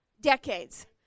decades